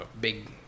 big